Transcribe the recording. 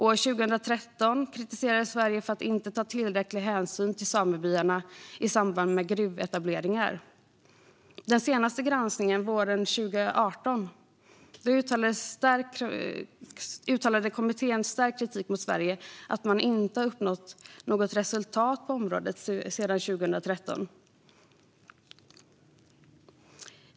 År 2013 kritiserades Sverige för att inte ta tillräcklig hänsyn till samebyarna i samband med gruvetableringar. Under den senaste granskningen våren 2018 uttalade kommittén stark kritik mot att Sverige inte uppnått något resultat på området sedan 2013.